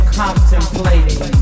contemplating